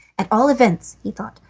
at all events, he thought,